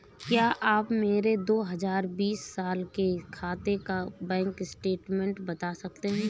क्या आप मेरे दो हजार बीस साल के खाते का बैंक स्टेटमेंट बता सकते हैं?